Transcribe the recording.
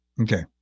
Okay